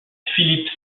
philippe